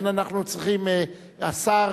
השר